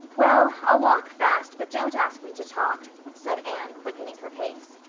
well, i'll walk fast but don't ask me to talk, said anne, quickening her pace.